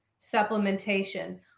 supplementation